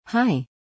Hi